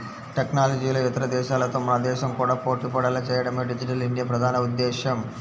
టెక్నాలజీలో ఇతర దేశాలతో మన దేశం కూడా పోటీపడేలా చేయడమే డిజిటల్ ఇండియా ప్రధాన ఉద్దేశ్యం